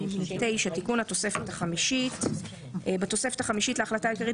תיקון התוספת החמישית 9. בתוספת החמישית להחלטה העיקרית,